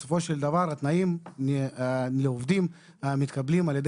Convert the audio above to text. בסופו של דבר התנאים לעובדים מתקבלים על-ידי